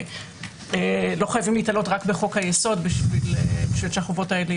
ולא חייבים להיתלות רק בחוק-היסוד בשביל שהחובות האלה,